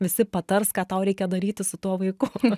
visi patars ką tau reikia daryti su tuo vaiku